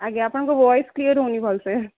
ଆଜ୍ଞା ଆପଣଙ୍କ voice clear ହେଉନି ଭଲସେ